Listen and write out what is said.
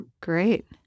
Great